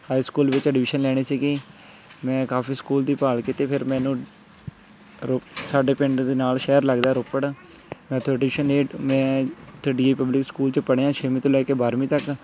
high school ਵਿੱਚ admission ਲੈਣੀ ਸੀਗੀ ਮੈਂ ਕਾਫੀ ਸਕੂਲ ਦੀ ਭਾਲ ਕੀਤੀ ਫਿਰ ਮੈਨੂੰ ਰੋ ਸਾਡੇ ਪਿੰਡ ਦੇ ਨਾਲ ਸ਼ਹਿਰ ਲੱਗਦਾ ਰੋਪੜ ਮੈਂ ਇੱਥੋਂ ਟੀਊਸ਼ਨ ਲਈ ਮੈਂ ਉੱਥੇ D A V public school 'ਚ ਪੜ੍ਹਿਆ ਛੇਵੀਂ ਤੋਂ ਲੈ ਕੇ ਬਾਰਵੀਂ ਤੱਕ